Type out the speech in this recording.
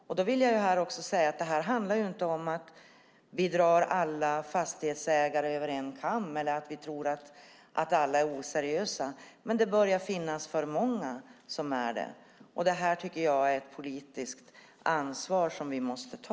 Jag vill också säga att det här inte handlar om att vi drar alla fastighetsägare över en kam eller att vi tror att alla är oseriösa, men det börjar finnas för många som är det. Jag tycker att det här är ett politiskt ansvar som vi måste ta.